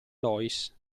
loïs